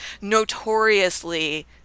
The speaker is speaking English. notoriously